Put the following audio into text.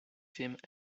films